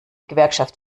gewerkschaft